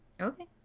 Okay